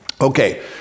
Okay